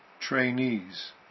trainees